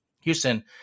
Houston